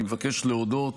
אני מבקש להודות,